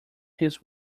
his